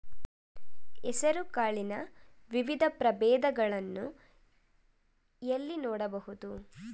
ಹೆಸರು ಕಾಳಿನ ವಿವಿಧ ಪ್ರಭೇದಗಳನ್ನು ಎಲ್ಲಿ ನೋಡಬಹುದು?